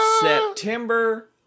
September